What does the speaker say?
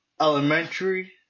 Elementary